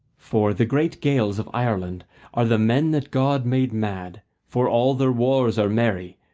for the great gaels of ireland are the men that god made mad, for all their wars are merry,